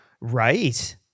Right